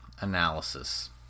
analysis